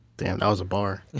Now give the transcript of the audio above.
that was a bar